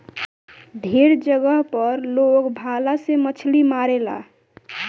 ढेरे जगह पर लोग भाला से मछली मारेला